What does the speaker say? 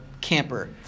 camper